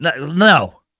No